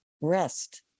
rest